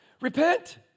Repent